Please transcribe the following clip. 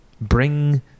Bring